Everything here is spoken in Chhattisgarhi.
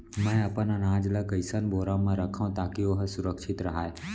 मैं अपन अनाज ला कइसन बोरा म रखव ताकी ओहा सुरक्षित राहय?